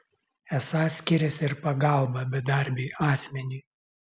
esą skiriasi ir pagalba bedarbiui asmeniui